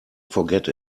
forget